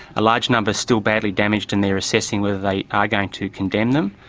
a large number still badly damaged, and they are assessing whether they are going to condemn them.